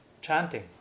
chanting